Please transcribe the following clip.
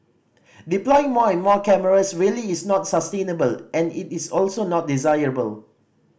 deploying more and more cameras really is not sustainable and it is also not desirable